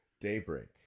Daybreak